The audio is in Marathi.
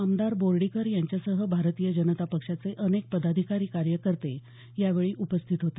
आमदार बोर्डीकर यांच्यासह भारतीय जनता पक्षाचे अनेक पदाधिकारी कार्यकर्ते यावेळी उपस्थित होते